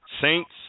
Saints